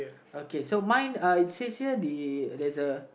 okay so mine uh it says here the that's a